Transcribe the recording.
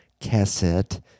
cassette